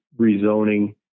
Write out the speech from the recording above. rezoning